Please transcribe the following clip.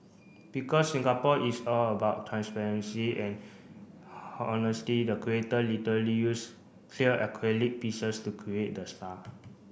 because Singapore is all about transparency and honesty the creator literally used clear acrylic pieces to create the star